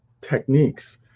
techniques